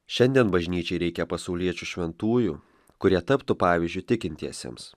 šiandien bažnyčiai reikia pasauliečių šventųjų kurie taptų pavyzdžiu tikintiesiems